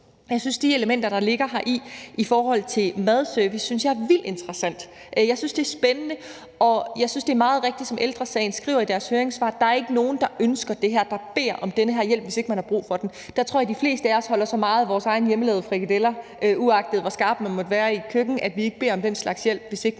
de elementer, der ligger her i forhold til madservice, er vildt interessante. Jeg synes, det er spændende, og jeg synes, det er meget rigtigt, som Ældre Sagen skriver i deres høringssvar, at der ikke er nogen, der ønsker det her, og som beder om den her hjælp, hvis ikke man har brug for den. Der tror jeg, at de fleste af os holder så meget af vores egne hjemmelavede frikadeller, uanset hvor skarp man måtte være i et køkken, at vi ikke beder om den slags hjælp, hvis ikke vi har brug for den.